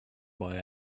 boy